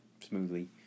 smoothly